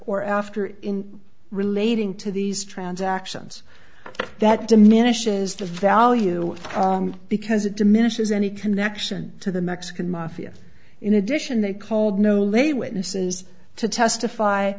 or after in relating to these transactions that diminishes the value because it diminishes any connection to the mexican mafia in addition they called no late witnesses to testify